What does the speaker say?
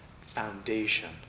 foundation